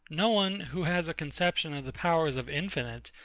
no one, who has a conception of the powers of infinite,